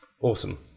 Awesome